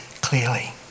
clearly